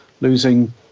losing